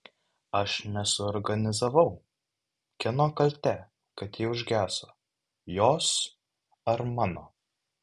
aš nesuorganizavau kieno kaltė kad ji užgeso jos ar mano